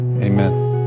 Amen